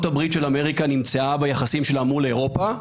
הברית של אמריקה נמצאה ביחסים שלהם מול אירופה,